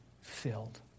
filled